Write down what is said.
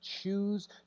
choose